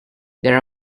there